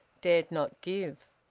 dared not give.